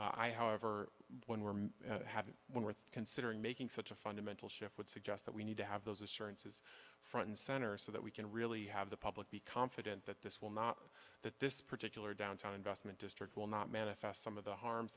i however when we have one worth considering making such a fundamental shift would suggest that we need to have those assurances front and center so that we can really have the public be confident that this will not that this particular downtown investment district will not manifest some of the harms